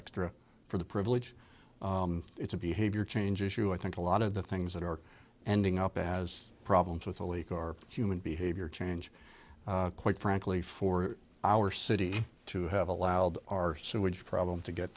extra for the privilege it's a behavior change issue i think a lot of the things that are ending up in has problems with a leak or human behavior change quite frankly for our city to have allowed our sewage problem to get